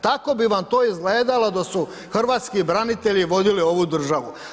Tako bi vam to izgledalo da su hrvatski branitelji vodili ovu državu.